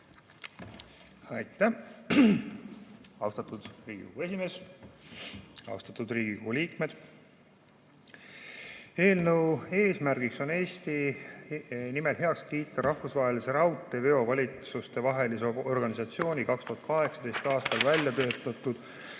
Aitäh, austatud Riigikogu esimees! Austatud Riigikogu liikmed! Eelnõu eesmärk on Eesti nimel heaks kiita Rahvusvahelise Raudteeveo Valitsustevahelise Organisatsiooni 2018. aastal väljatöötatud